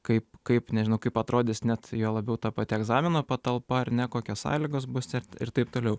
kaip kaip nežinau kaip atrodys net juo labiau ta pati egzamino patalpa ar ne kokios sąlygos bus ir taip toliau